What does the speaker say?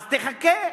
אז תחכה.